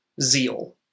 zeal